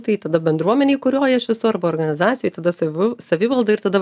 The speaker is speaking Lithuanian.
tai tada bendruomenėj kurioj iš viso arba organizacijoj tada savu savivaldą ir tada